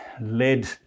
led